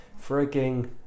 freaking